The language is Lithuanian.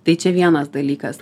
tai čia vienas dalykas